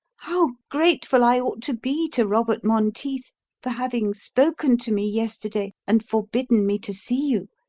how grateful i ought to be to robert monteith for having spoken to me yesterday and forbidden me to see you!